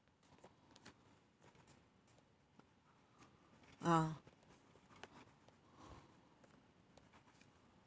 ah